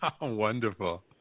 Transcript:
Wonderful